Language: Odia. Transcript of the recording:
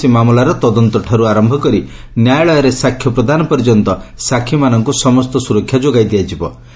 କୌଶସି ମାମଲାରର ତଦନ୍ତଠାରୁ ଆର ନ୍ୟାୟାଳୟରେ ସାକ୍ଷ୍ୟ ପ୍ରଦାନ ପର୍ଯ୍ୟନ୍ତ ସାକ୍ଷୀମାନଙ୍କୁ ସମସ୍ତ ସୁରକ୍ଷା ଯୋଗାଇ ଦିଆଯିବ